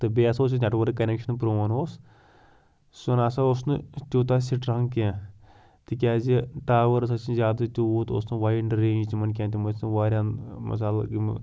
تہٕ بیٚیہِ ہَسا اوٗس اسہِ نیٚٹؤرٕک کَنیٚکشَن پرٛوٗن اوٗس سُہ نَہ سا اوٗس نہٕ تیوٗتاہ سِٹرانٛگ کیٚنٛہہ تِکیٛازِ ٹاوٲرٕز ٲسۍ نہٕ زیادٕ تیوٗت اوٗس نہٕ وایِڈ رینٛج تِمَن کیٚنٛہہ تِم ٲسۍ نہٕ وارِیاہَن مثال یِم